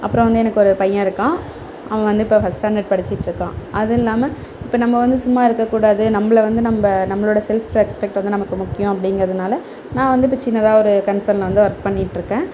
அப்புறோம் வந்து எனக்கு ஒரு பையன் இருக்கான் அவன் வந்து இப்போ ஃபஸ்ட் ஸ்டாண்டர்ட் படிச்சுகிட்ருக்கான் அதில்லாம இப்போ நம்ம வந்து சும்மா இருக்க கூடாது நம்பளை வந்து நம்ப நம்பளோட செல்ஃப் ரெஸ்பெக்ட் வந்து நமக்கு முக்கியம் அப்படிங்கறதுனால நான் வந்து இப்போ சின்னதாக ஒரு கன்சர்ன்ல வந்து ஒர்க் பண்ணிட்டிருக்கேன்